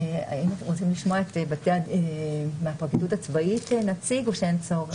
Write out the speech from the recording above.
האם אתם רוצים לשמוע מהפרקליטות הצבאי נציג או שאין צורך?